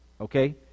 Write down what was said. Okay